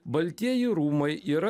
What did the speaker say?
baltieji rūmai yra